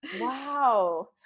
Wow